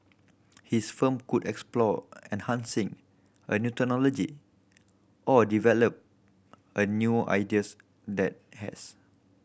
his firm could explore enhancing a new technology or develop a new ideas that has